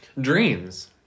Dreams